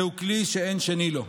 זהו כלי שאין שני לו.